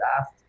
asked